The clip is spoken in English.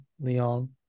Leon